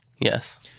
Yes